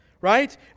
right